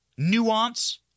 nuance